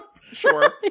Sure